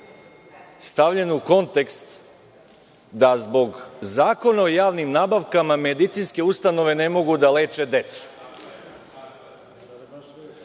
stavljen u kontekst da zbog Zakona o javnim nabavkama, medicinske ustanove ne mogu da leće decu. Ako